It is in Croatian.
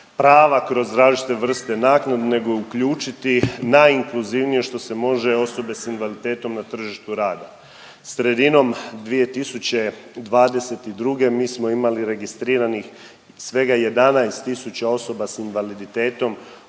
prava kroz različite vrste naknada nego i uključiti najinkluzivnije što se može osobe s invaliditetom na tržištu rada. Sredinom 2022. mi smo imali registriranih svega 11 tisuća osoba s invaliditetom